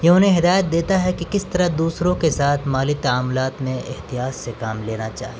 یہ انہیں ہدایت دیتا ہے کہ کس طرح دوسروں کے ساتھ مالی تعاملات میں احتیاط سے کام لینا چاہیے